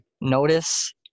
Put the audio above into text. notice